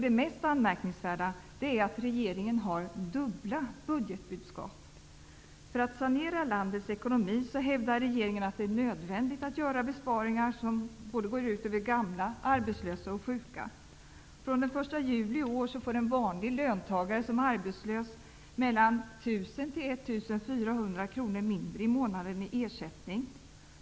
Det mest anmärkningsvärda är att regeringen har dubbla budgetbudskap. Regeringen hävdar att det för att sanera landets ekonomi är nödvändigt att göra besparingar som går ut över gamla, arbetslösa och sjuka. Från den 1 juli i år får en vanlig löntagare som är arbetslös mellan 1 000 och 4 000 kr mindre i månaden i ersättning.